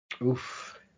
Oof